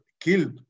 killed